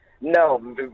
No